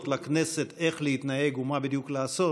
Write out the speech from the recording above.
לכנסת איך להתנהג ומה בדיוק לעשות,